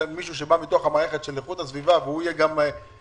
להביא מישהו שבא מתוך המערכת של איכות הסביבה והוא יהיה גם השומר